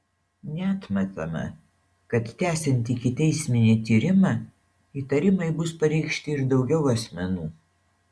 neatmetama kad tęsiant ikiteisminį tyrimą įtarimai bus pareikšti ir daugiau asmenų